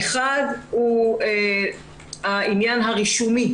האחד הוא עניין הרישום,